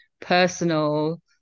personal